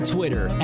Twitter